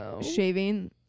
shaving